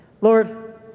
Lord